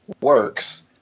works